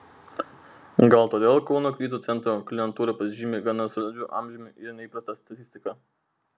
gal todėl kauno krizių centro klientūra pasižymi gana solidžiu amžiumi ir neįprasta statistika